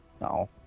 No